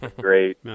great